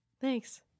Thanks